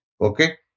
Okay